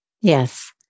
Yes